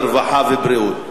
הרווחה והבריאות.